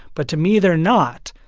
but to me they're not,